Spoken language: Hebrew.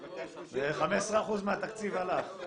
כמעט --- 15% מהתקציב הלך.